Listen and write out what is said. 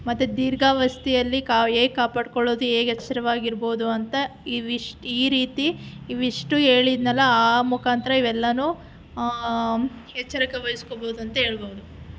ಮತ್ತೆ ದೀರ್ಘಾವಸ್ಥೆಯಲ್ಲಿ ಕಾ ಹೇಗೆ ಕಾಪಾಡಿಕೊಳ್ಳೋದು ಹೇಗೆ ಎಚ್ಚರವಾಗಿರ್ಬೋದು ಅಂತ ಇವಿಷ್ಟು ಈ ರೀತಿ ಇವಿಷ್ಟು ಹೇಳಿದ್ನಲ್ಲ ಆ ಮುಖಾಂತರ ಇವೆಲ್ಲನೂ ಎಚ್ಚರಿಕೆವಹಿಸ್ಕೋಬೋದು ಅಂತ ಹೇಳ್ಬೋದು